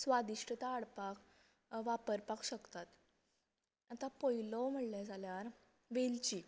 स्वादिश्टता हाडपाक वापरपाक शकतात आता पयलो म्हटलें जाल्यार वेलची